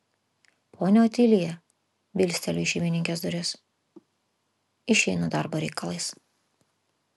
ponia otilija bilsteliu į šeimininkės duris išeinu darbo reikalais